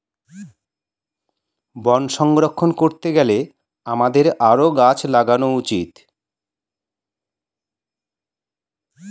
বন সংরক্ষণ করতে গেলে আমাদের আরও গাছ লাগানো উচিত